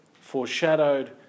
foreshadowed